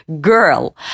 girl